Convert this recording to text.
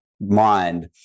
mind